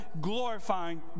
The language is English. glorifying